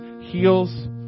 heals